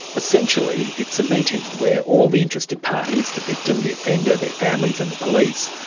essentially it's a meeting where all the interested parties, the victim, the offender, their families, and the police,